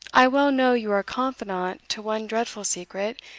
i well know you are confidant to one dreadful secret,